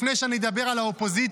לפני שאני אדבר על האופוזיציה,